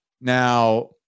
Now